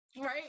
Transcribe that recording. right